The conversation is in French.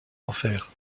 enfers